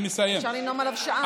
שאפשר לנאום עליו שעה.